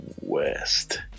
west